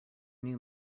new